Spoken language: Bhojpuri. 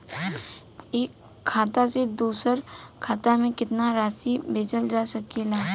एक खाता से दूसर खाता में केतना राशि भेजल जा सके ला?